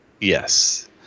Yes